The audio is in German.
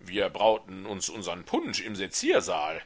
wir brauten uns unsern punsch im seziersaal